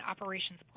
operations